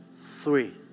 three